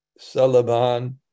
Salaban